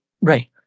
Right